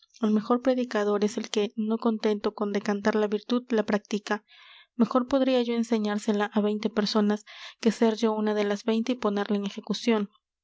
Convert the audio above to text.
el mejor predicador es el que no contento con decantar la virtud la practica mejor podria yo enseñársela á veinte personas que ser yo una de las veinte y ponerla en ejecucion